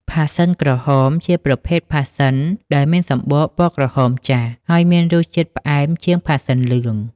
ផាសសិនក្រហម ជាប្រភេទផាសសិនដែលមានសំបកពណ៌ក្រហមចាស់ ហើយមានរសជាតិផ្អែមជាងផាសសិនលឿង។